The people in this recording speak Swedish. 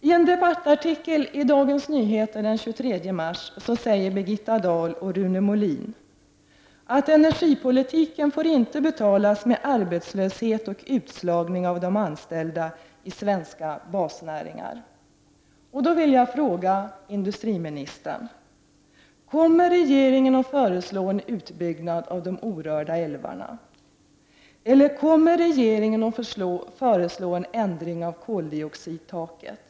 I en debattartikel i Dagens Nyheter den 23 mars uttalade Birgitta Dahl och Rune Molin att ”energipolitiken får inte betalas med arbetslöshet och utslagning av de anställda i svenska basnäringar”. Då vill jag fråga industriministern: Kommer regeringen att föreslå en utbyggnad av de orörda älvarna? Eller kommer regeringen att föreslå en ändring av koldioxidtaket?